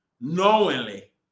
knowingly